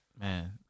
Man